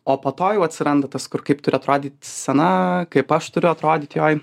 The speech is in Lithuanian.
o po to jau atsiranda tas kur kaip turi atrodyt scena kaip aš turiu atrodyt joj